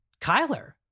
Kyler